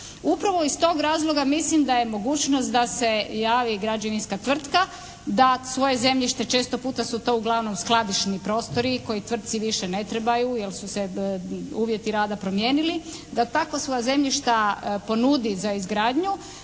Upravo iz tog razloga mislim da je mogućnost da se javi građevinska tvrtka da svoje zemljište često puta su to uglavnom skladišni prostori koji tvrtci više ne trebaju jer su se uvjeti rada promijenili da tako svoja zemljišta ponudi za izgradnju.